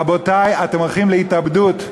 רבותי, אתם הולכים להתאבדות.